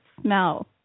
smell